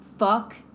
Fuck